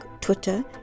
Twitter